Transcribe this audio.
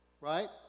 Right